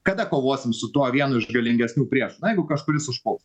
kada kovosim su tuo vienu iš galingesnių priešų na jeigu kažkuris užpuls